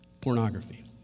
pornography